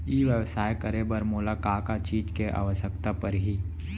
ई व्यवसाय करे बर मोला का का चीज के आवश्यकता परही?